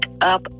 up